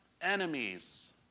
enemies